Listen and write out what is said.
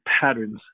patterns